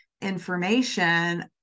information